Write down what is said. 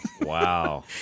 Wow